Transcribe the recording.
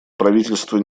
правительство